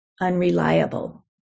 unreliable